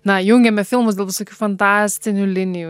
na jungiame filmus dėl visokių fantastinių linijų